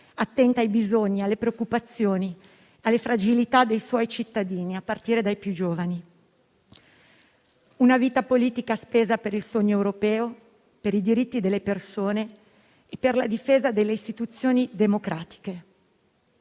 attenta ai bisogni, alle preoccupazioni e alle fragilità dei suoi cittadini, a partire dai più giovani. Una vita politica spesa per il sogno europeo, per i diritti delle persone e per la difesa delle istituzioni democratiche.